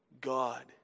God